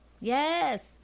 Yes